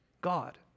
God